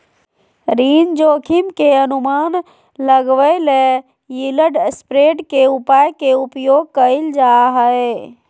ऋण जोखिम के अनुमान लगबेले यिलड स्प्रेड के उपाय के उपयोग कइल जा हइ